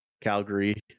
Calgary